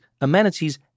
amenities